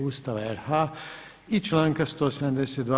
Ustava RH i članka 172.